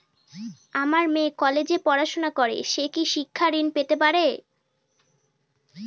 আমার মেয়ে কলেজে পড়াশোনা করে সে কি শিক্ষা ঋণ পেতে পারে?